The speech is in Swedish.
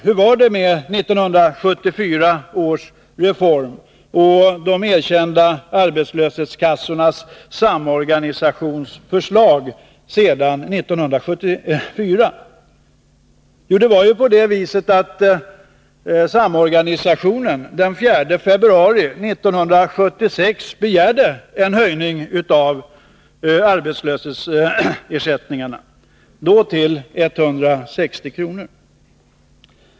Hur var det med 1974 års reform och de erkända arbetslöshetskassornas samorganisations förslag alltsedan 1974? Jo, det var på det viset att samorganisationen den 4 februari 1976 begärde en höjning av arbetslöshetsersättningarna — då till 160 kr.